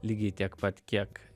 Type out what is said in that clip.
lygiai tiek pat kiek